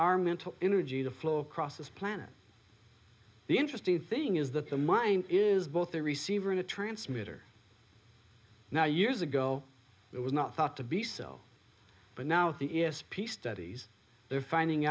our mental energy to flow across this planet the interesting thing is that the mind is both a receiver and a transmitter now years ago it was not thought to be so but now the e s p studies they're finding